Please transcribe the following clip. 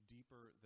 deeper